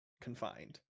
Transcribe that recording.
Confined